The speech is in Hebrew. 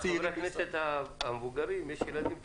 לחברי הכנסת המבוגרים יש ילדים צעירים.